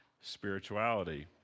spirituality